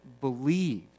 believed